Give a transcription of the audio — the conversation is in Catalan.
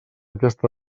aquesta